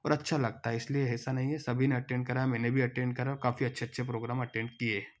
और अच्छा लगता है इसलिए ऐसा नहीं है सभी ने अटेंड करा है मैंने भी अटेंड करा और काफी अच्छे अच्छे प्रोग्राम अटेंड किए हैं